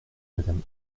madame